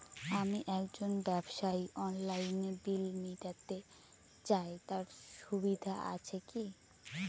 আমি একজন ব্যবসায়ী অনলাইনে বিল মিটাতে চাই তার সুবিধা আছে কি?